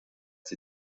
sie